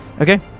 Okay